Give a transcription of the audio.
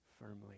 firmly